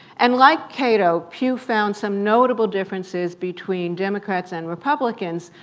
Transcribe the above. and like cato, pew found some notable differences between democrats and republicans,